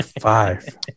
Five